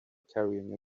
carrying